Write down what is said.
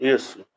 Isso